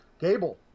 Gable